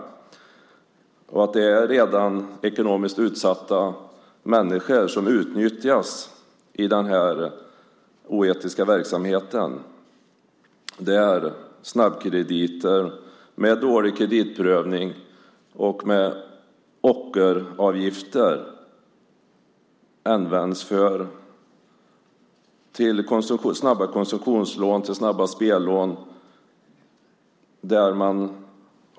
Det är människor som redan är ekonomiskt utsatta som utnyttjas i den här oetiska verksamheten. Snabbkrediter med dålig kreditprövning och ockeravgifter används till snabba konsumtionslån och spellån.